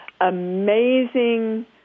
amazing